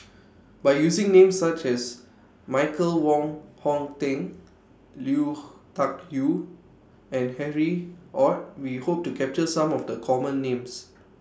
By using Names such as Michael Wong Hong Teng Lui Tuck Yew and Harry ORD We Hope to capture Some of The Common Names